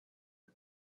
the